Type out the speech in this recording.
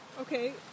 Okay